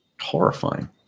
Horrifying